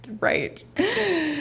Right